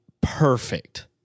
perfect